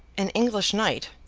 an english knight,